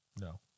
No